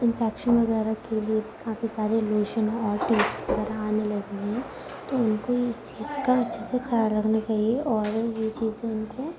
infection وغیرہ کے لیے کافی سارے لوشن ہو اور ٹیوبس وغیرہ آنے لگے ہیں تو ان کو اس چیز کا اچھے سے خیال رکھنا چاہیے اور یہ چیزیں ان کو